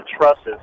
trusses